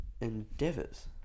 endeavors